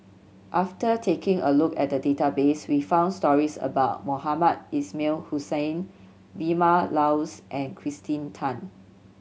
after taking a look at the database we found stories about Mohamed Ismail Hussain Vilma Laus and Kirsten Tan